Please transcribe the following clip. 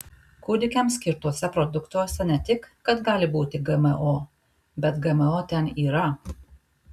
kūdikiams skirtuose produktuose ne tik kad gali būti gmo bet gmo ten yra